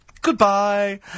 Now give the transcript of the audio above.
Goodbye